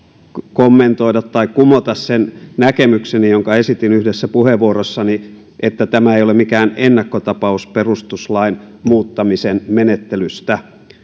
kommentoida tai kumota sen näkemykseni jonka esitin yhdessä puheenvuorossani että tämä ei ole mikään ennakkotapaus perustuslain muuttamisen menettelystä